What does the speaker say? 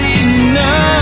enough